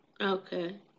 Okay